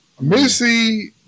Missy